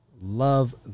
Love